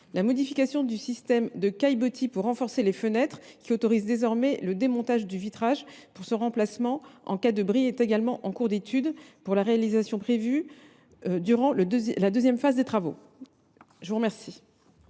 La modification du système de caillebotis pour renforcer les fenêtres, qui autorise désormais le démontage du vitrage pour son remplacement en cas de bris, est également à l’étude, pour une réalisation prévue durant la seconde phase des travaux. La parole